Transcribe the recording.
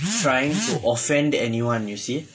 trying to offend anyone you see